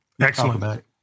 Excellent